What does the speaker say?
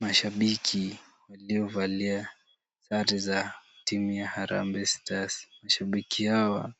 Mashabiki waliovalia shati za timu ya Harambe Stars. Mashabiki hawa